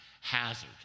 hazard